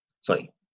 sorry